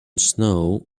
snow